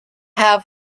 have